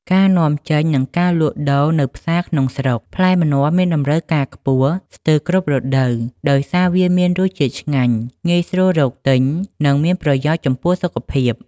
ការនាំចេញ និងការលក់ដូរនៅផ្សារក្នុងស្រុកផ្លែម្នាស់មានតម្រូវការខ្ពស់ស្ទើរគ្រប់រដូវ ដោយសារវាមានរសជាតិឆ្ងាញ់ ងាយស្រួលរកទិញ និងមានប្រយោជន៍ចំពោះសុខភាព។